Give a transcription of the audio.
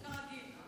כרגיל.